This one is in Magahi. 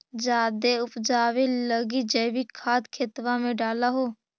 जायदे उपजाबे लगी जैवीक खाद खेतबा मे डाल हो?